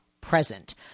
present